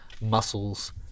muscles